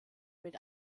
mit